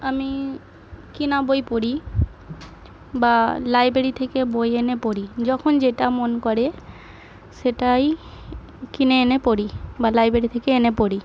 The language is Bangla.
আমি কেনা বই পড়ি বা লাইব্রেরি থেকে বই এনে পড়ি যখন যেটা মন করে সেটাই কিনে এনে পড়ি বা লাইব্রেরি থেকে এনে পড়ি